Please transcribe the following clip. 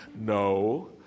No